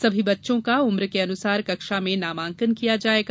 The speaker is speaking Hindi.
सभी बच्चों का उम्र के अनुसार कक्षा में नामांकन किया जायेगा